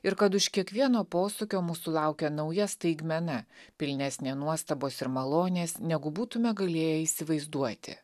ir kad už kiekvieno posūkio mūsų laukia nauja staigmena pilnesnė nuostabos ir malonės negu būtume galėję įsivaizduoti